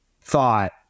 thought